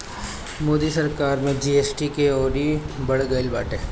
मोदी सरकार में जी.एस.टी के अउरी बढ़ गईल बाटे